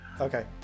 Okay